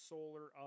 Solar